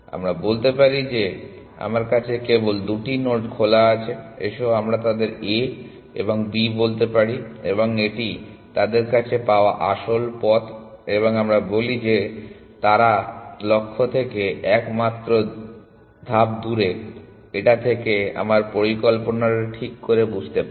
আমরা বলতে পারি যে আমার কাছে কেবল দুটি নোড খোলা আছে এসো আমরা তাদের A এবং B বলতে পারি এবং এটি তাদের কাছে পাওয়া আসল পথ এবং আমরা বলি যে তারা লক্ষ্য থেকে মাত্র এক ধাপ দূরে এটা থেকে আমরা পরিকল্পনাটা ঠিক করে বুঝতে পারি